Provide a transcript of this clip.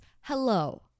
hello